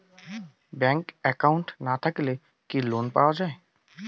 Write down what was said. Bank account না থাকিলে কি লোন পাওয়া য়ায়?